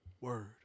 Word